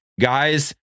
guys